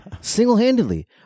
single-handedly